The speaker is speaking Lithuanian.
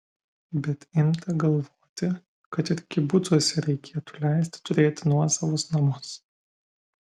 bet imta galvoti kad ir kibucuose reikėtų leisti turėti nuosavus namus